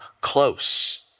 close